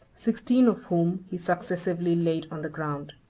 sixteen of whom he successively laid on the ground.